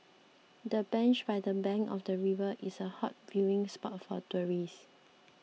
the bench by the bank of the river is a hot viewing spot for tourists